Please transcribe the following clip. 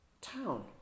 town